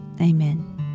Amen